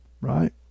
right